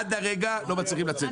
עד הרגע לא מצליחים לצאת מזה.